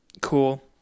cool